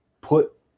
put